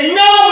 no